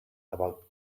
about